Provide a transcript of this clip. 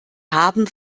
haben